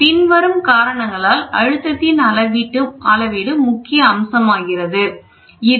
பின்வரும் காரணங்களால் அழுத்தத்தின் அளவீட்டு முக்கிய அம்சமாகிறது 1